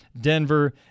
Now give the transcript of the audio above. Denver